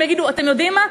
הם יגידו: אתם יודעים מה,